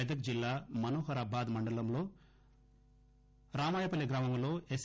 మెదక్ జిల్లా మనోహరాబాద్ మండలం రామాయపల్లి గ్రామంలో ఎస్